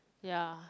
ya